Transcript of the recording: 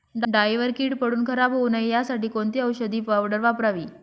डाळीवर कीड पडून खराब होऊ नये यासाठी कोणती औषधी पावडर वापरावी?